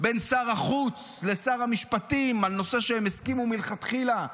בין שר החוץ לשר המשפטים על נושא שהם הסכימו מלכתחילה,